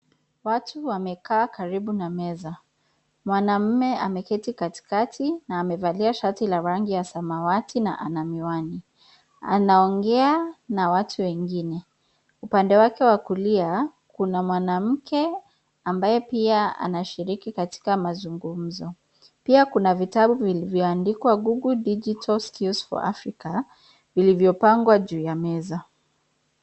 Watu wamekaa karibu na meza. Mwanaume ameketi katikati na amevalia shati la rangi ya samawati na ana miwani, na anaongea na watu wengine. Upande wake wa kulia kuna mwanamke ambaye pia anashiriki katika mazugumzo. Pia kuna vitabu vilivyoandikwa (cs) Google digital skills for Africa(cs) vilivyopangwa juu ya meza.